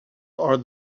are